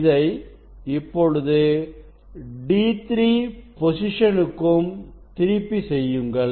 இதை இப்பொழுது D3 பொசிஷனுக்கு திருப்பி செய்யுங்கள்